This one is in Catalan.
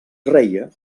reia